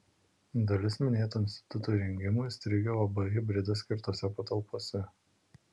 dalis minėto instituto įrengimų įstrigę uab hibridas skirtose patalpose